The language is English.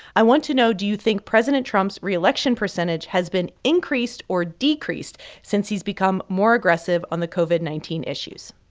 i want to know do you think president trump's reelection percentage has been increased or decreased since he's become more aggressive on the covid nineteen issues?